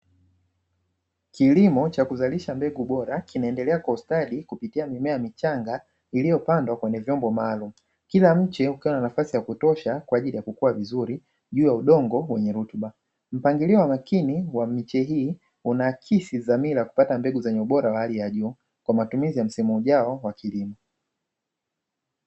Kilimo cha kuzalisha mbegu bora kinaendelea kwa ustadi kupitia mimea michanga iliyopandwa kwenye vyombo maalumu, kila mche ukiwa na nafasi ya kutosha kwa ajili ya kukua vizuri juu ya udongo wenye rutuba. Mpangilio wa makini wa miche hii unaakisi dhamira ya kupata mbegu zenye ubora wa hali ya juu kwa matumizi ya msimu ujao wa kilimo.